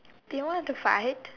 do you want to fight